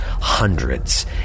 hundreds